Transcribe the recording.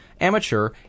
amateur